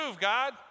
God